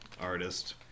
artist